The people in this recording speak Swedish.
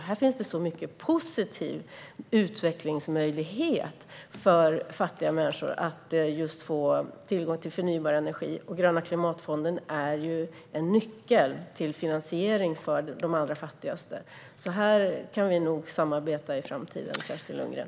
Här finns det en stor möjlighet för fattiga människor att få tillgång till förnybar energi, och den gröna klimatfonden är ju en nyckel till finansiering för de allra fattigaste. Här kan vi nog samarbeta i framtiden, Kerstin Lundgren.